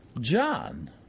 John